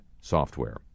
software